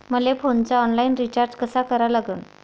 मले फोनचा online recharge कसा करा लागन?